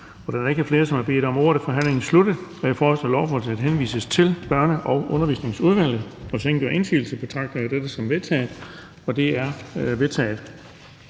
Da der ikke er flere, som har bedt om ordet, er forhandlingen sluttet. Jeg foreslår, at lovforslaget henvises til Børne- og undervisningsudvalget. Hvis ingen gør indsigelse, betragter jeg dette som vedtaget. Det er vedtaget.